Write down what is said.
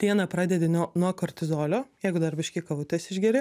dieną pradedi nuo kortizolio jeigu dar biškį kavutes išgeri